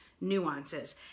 nuances